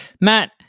Matt